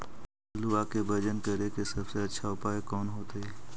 आलुआ के वजन करेके सबसे अच्छा उपाय कौन होतई?